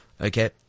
Okay